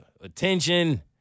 attention